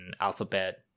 Alphabet